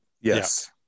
Yes